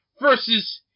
versus